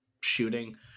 shooting